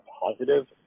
positive